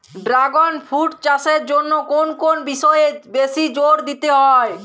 Dragon fruit চাষের জন্য কোন কোন বিষয়ে বেশি জোর দিতে হয়?